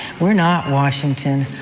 we are not washington,